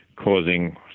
Causing